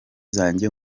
zanjye